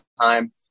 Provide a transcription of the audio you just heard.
time